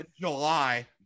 July